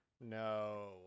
No